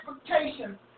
expectation